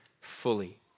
fully